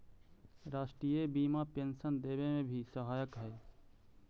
राष्ट्रीय बीमा पेंशन देवे में भी सहायक हई